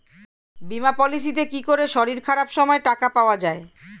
বীমা পলিসিতে কি করে শরীর খারাপ সময় টাকা পাওয়া যায়?